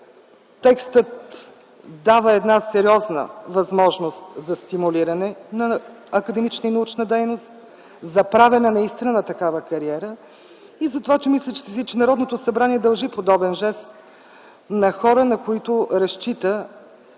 текстът дава една сериозна възможност за стимулиране на академична и научна дейност, за правене наистина на такава кариера. Затова, мисля, че Народното събрание дължи подобен жест на хора, на които разчита